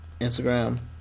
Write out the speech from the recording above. Instagram